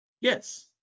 Yes